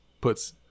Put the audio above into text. puts